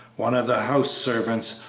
one of the house servants,